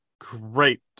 great